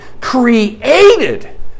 Created